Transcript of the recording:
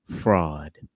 fraud